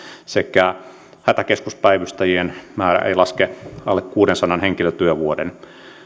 sekä hätäkeskuspäivystäjien määrä ei laske alle kuudensadan henkilötyövuoden